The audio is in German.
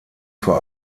vor